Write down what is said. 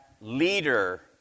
leader